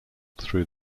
through